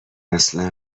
اصلا